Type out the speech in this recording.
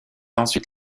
ensuite